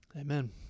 Amen